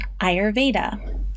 Ayurveda